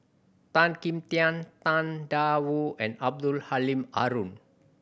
Tan Kim Tian Tang Da Wu and Abdul Halim Haron